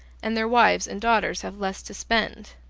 and their wives and daughters have less to spend.